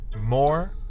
more